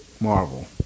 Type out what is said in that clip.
Marvel